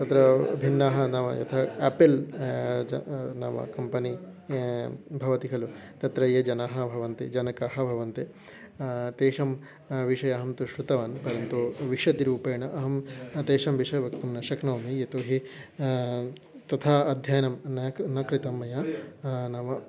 तत्र भिन्नः नाम यथा यापेल् च नाम कम्पेनि भवति खलु तत्र ये जनाः भवन्ति जनकाः भवन्ति तेषां विषयः अहं शृतवान् परन्तु विषद्रूपेण अहं तेषां विषयं वक्तुं न शक्नोमि यतोऽहि तथा अध्ययनं न्या न कृतं मया नाम